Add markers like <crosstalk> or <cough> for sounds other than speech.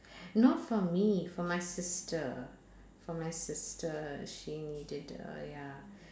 <breath> not for me for my sister for my sister she needed uh ya